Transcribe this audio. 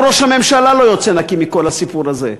גם ראש הממשלה לא יוצא נקי מהסיפור הזה.